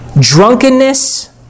drunkenness